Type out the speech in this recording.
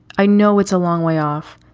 i know it's a long way off,